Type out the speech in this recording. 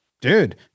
dude